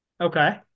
Okay